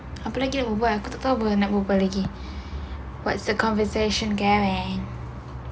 apa lagi nak bual aku tak tahu apa nak bual lagi what's the conversation then